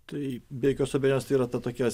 tai be jokios abejonės tai yra ta tokia